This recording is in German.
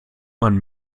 man